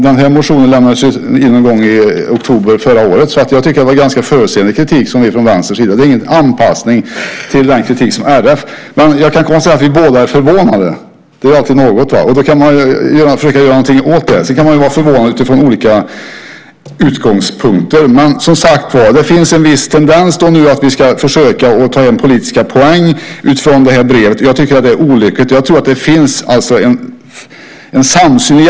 Den här motionen lämnades in någon gång i oktober förra året. Jag tycker att det var ganska förutseende kritik från Vänsterns sida. Det är ingen anpassning till RF:s kritik. Men jag kan konstatera att vi båda är förvånade. Det är alltid något. Då kan man försöka göra någonting åt det. Sedan kan man vara förvånad utifrån olika utgångspunkter. Men det finns, som sagt var, en viss tendens till att vi nu ska försöka ta hem politiska poäng utifrån det här brevet. Jag tycker att det är olyckligt. Jag tror att det egentligen finns en samsyn.